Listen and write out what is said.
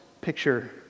picture